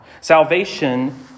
Salvation